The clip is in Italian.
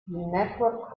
network